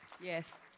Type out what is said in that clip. Yes